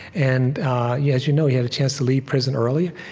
and yeah as you know, he had a chance to leave prison early.